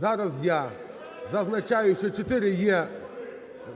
зараз я зазначаю, ще чотири є